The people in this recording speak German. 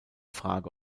frage